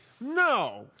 No